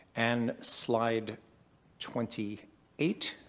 and slide twenty eight,